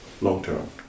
long-term